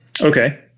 okay